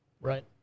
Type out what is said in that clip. Right